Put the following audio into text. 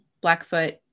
Blackfoot